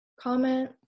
comment